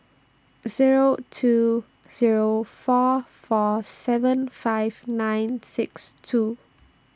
Zero two Zero four four seven five nine six two